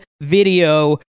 video